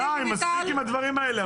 די, מספיק עם הדברים האלה אבל.